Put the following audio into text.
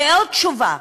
כעוד תשובה,